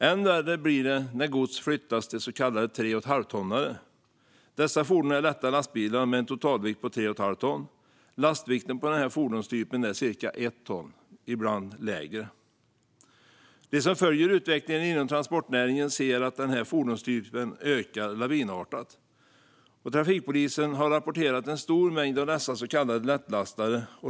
Än värre blir det när gods flyttas till så kallade 3,5-tonnare. Dessa fordon är lätta lastbilar med en totalvikt på 3,5 ton. Lastvikten på den här fordonstypen är ca 1 ton, ibland mindre. De som följer utvecklingen inom transportnäringen ser att den här fordonstypen ökar lavinartat. Trafikpolisen har rapporterat en stor mängd av dessa så kallade lättlastare.